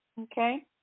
Okay